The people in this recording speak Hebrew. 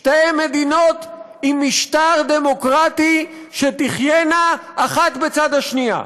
שתי מדיניות עם משטר דמוקרטי שתחיינה אחת בצד השנייה,